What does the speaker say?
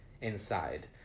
inside